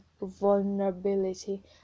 vulnerability